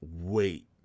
wait